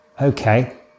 Okay